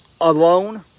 alone